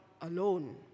alone